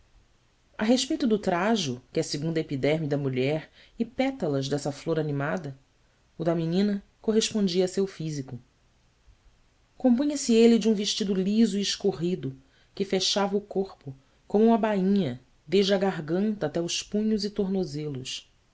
a respeito do trajo que é segunda epiderme da mulher e pétalas dessa flor animada o da menina correspondia a seu físico compunha-se ele de um vestido liso e escorrido que fechava o corpo como uma bainha desde a garganta até os punhos e tornozelos